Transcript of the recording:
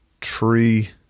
tree